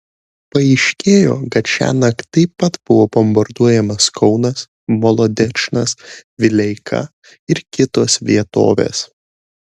paaiškėjo kad šiąnakt taip pat buvo bombarduojamas kaunas molodečnas vileika ir kitos vietovės